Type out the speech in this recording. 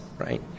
right